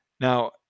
Now